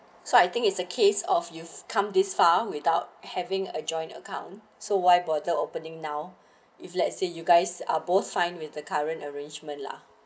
so I think it's a case of you've come this far without having a joint account so why bather opening now if let's say you guys are both fine with the current arrangement lah